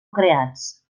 creats